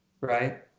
Right